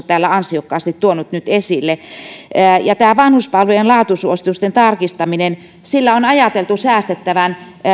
täällä ansiokkaasti tuonut esille tällä vanhuspalvelujen laatusuositusten tarkistamisella on ajateltu säästettävän